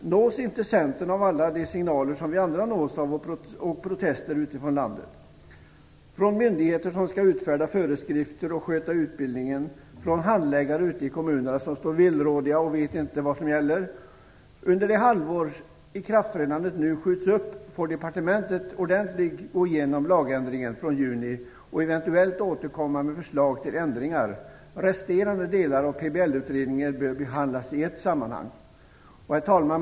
Nås inte Centern, som vi andra, av alla signaler och protester utifrån landet, från myndigheter som skall utfärda föreskrifter och sköta utbildningen, från handläggare ute i kommunerna som står villrådiga och inte vet vad som gäller? Under det halvår som ikraftträdandet nu skjuts upp får departementet ordentligt gå igenom lagändringen från i juni och eventuellt återkomma med förslag till ändringar. Resterande delar av PBL-utredningen bör behandlas i ett sammanhang. Herr talman!